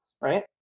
right